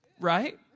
right